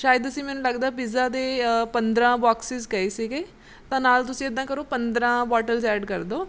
ਸ਼ਾਇਦ ਤੁਸੀਂ ਮੈਨੂੰ ਲੱਗਦਾ ਪੀਜ਼ਾ ਦੇ ਪੰਦਰ੍ਹਾਂ ਬਾਕਸਿਜ਼ ਕਹੇ ਸੀਗੇ ਤਾਂ ਨਾਲ ਤੁਸੀਂ ਇਦਾਂ ਕਰੋ ਪੰਦਰਾਂ ਬੋਟਲਜ਼ ਐਡ ਕਰ ਦਿਉ